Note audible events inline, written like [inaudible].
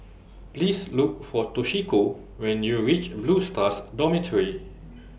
Please Look For Toshiko when YOU REACH Blue Stars Dormitory [noise]